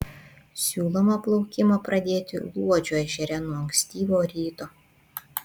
siūloma plaukimą pradėti luodžio ežere nuo ankstyvo ryto